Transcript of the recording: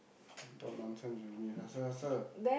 don't nonsense with me faster faster